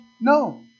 No